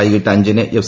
വൈകിട്ട് അഞ്ചിന് എഫ്